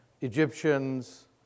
Egyptians